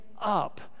up